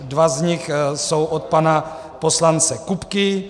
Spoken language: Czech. Dva z nich jsou od pana poslance Kupky.